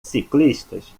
ciclistas